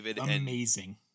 amazing